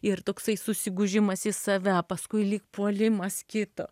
ir toksai susigūžimas į save paskui lyg puolimas kito